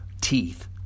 teeth